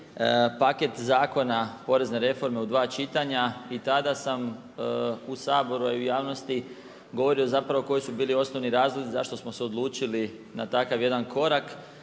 paket zakona porezne reforme u 2 čitanja i tada sam u Saboru a i javnosti, govorili zapravo koji su bili osnovni razlozi, zašto smo se odlučili na takav jedan korak.